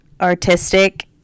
artistic